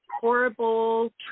Horrible